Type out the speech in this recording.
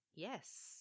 Yes